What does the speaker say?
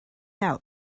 out